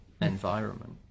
environment